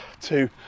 two